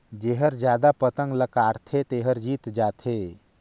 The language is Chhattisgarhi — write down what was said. जेहर जादा पतंग ल काटथे तेहर जीत जाथे